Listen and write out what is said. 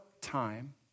time